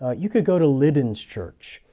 ah you could go to liden's church.